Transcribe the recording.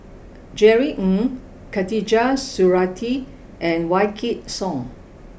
Jerry Ng Khatijah Surattee and Wykidd Song